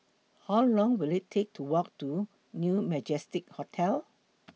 How Long Will IT Take to Walk to New Majestic Hotel